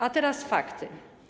A teraz fakty.